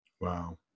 Wow